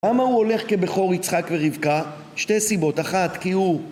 למה הוא הולך כבכור יצחק ורבקה? שתי סיבות, אחת כי הוא